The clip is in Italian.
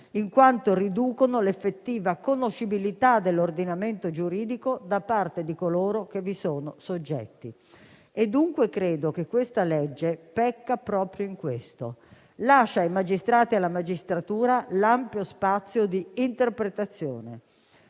in quanto riducono l'effettiva conoscibilità dell'ordinamento giuridico da parte di coloro che vi sono soggetti. Dunque, credo che il disegno di legge al nostro esame pecchi proprio in questo: lascia ai magistrati e alla magistratura ampio spazio di interpretazione.